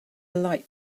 light